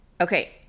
Okay